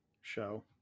show